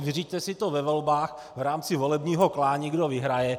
Vyřiďte si to ve volbách v rámci volebního klání, kdo vyhraje.